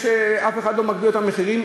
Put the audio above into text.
אף אחד לא מגביל אותו במחירים,